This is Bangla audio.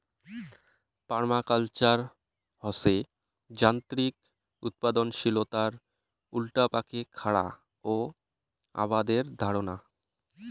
পার্মাকালচার হসে যান্ত্রিক উৎপাদনশীলতার উল্টাপাকে খারা ও আবাদের ধারণা